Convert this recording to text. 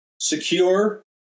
secure